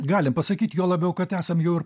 galim pasakyt juo labiau kad esam jau ir